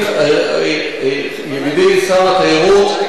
ידידי שר התיירות,